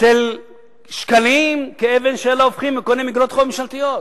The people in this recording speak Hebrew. של שקלים כאבן שאין לה הופכין וקונים איגרות חוב ממשלתיות.